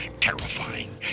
terrifying